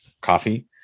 coffee